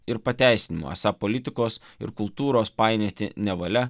ir pateisinimo esą politikos ir kultūros painioti nevalia